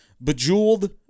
Bejeweled